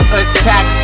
attack